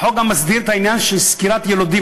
החוק גם מסדיר את העניין של סקירת יילודים,